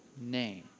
name